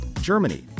Germany